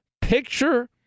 Picture